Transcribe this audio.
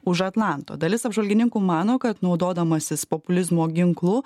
už atlanto dalis apžvalgininkų mano kad naudodamasis populizmo ginklu